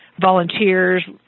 volunteers